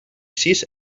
sis